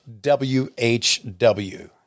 WHW